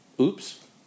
Oops